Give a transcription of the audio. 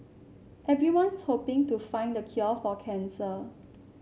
everyone's hoping to find the cure for cancer